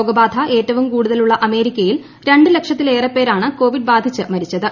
രോഗബാധ ഏറ്റവും കൂടുതലുള്ള അമേരിക്ക യിൽ രണ്ട് ലക്ഷത്തിലേറെ പേരാണ് കോവിഡ് ബാധിച്ച് മരിച്ചത്